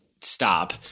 stop